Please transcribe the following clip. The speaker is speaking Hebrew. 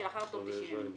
ב-1 בחודש שלאחר תום 90 ימים.